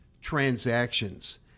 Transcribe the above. transactions